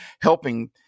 helping